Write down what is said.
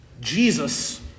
Jesus